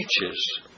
teaches